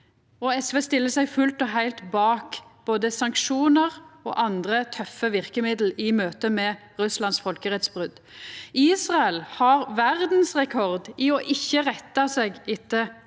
SV stiller seg fullt og heilt bak både sanksjonar og andre tøffe verkemiddel i møte med Russlands folkerettsbrot. Israel har verdsrekord i å ikkje retta seg etter